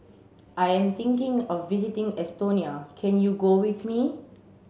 I am thinking of visiting Estonia can you go with me